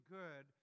good